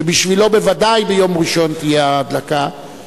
שבשבילו בוודאי ביום ראשון תהיה ההדלקה,